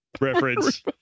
reference